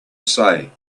say